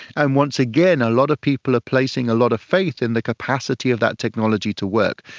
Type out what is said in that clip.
and once again a lot of people are placing a lot of faith in the capacity of that technology to work,